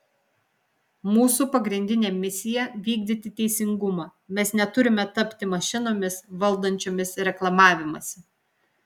mūsų pagrindinė misija vykdyti teisingumą mes neturime tapti mašinomis valdančiomis reklamavimąsi